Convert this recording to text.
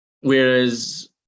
Whereas